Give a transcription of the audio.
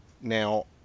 Now